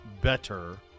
better